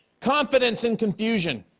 confidence in confusion,